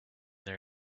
they